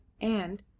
and,